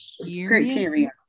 criteria